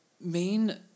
main